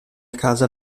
casa